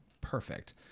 Perfect